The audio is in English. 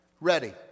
ready